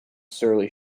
surly